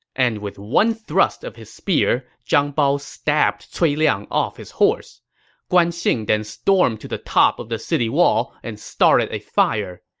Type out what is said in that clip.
and with one thrust of his spear, zhang bao stabbed cui liang off his horse guan xing then stormed to the top of the city wall and started a fire,